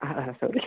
ആ ഹാ സോറി